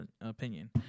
opinion